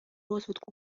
розвитку